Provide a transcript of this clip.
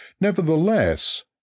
Nevertheless